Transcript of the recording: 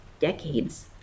decades